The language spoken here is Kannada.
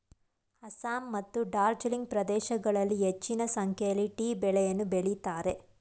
ಅಸ್ಸಾಂ ಮತ್ತು ಡಾರ್ಜಿಲಿಂಗ್ ಪ್ರದೇಶಗಳಲ್ಲಿ ಹೆಚ್ಚಿನ ಸಂಖ್ಯೆಯಲ್ಲಿ ಟೀ ಬೆಳೆಯನ್ನು ಬೆಳಿತರೆ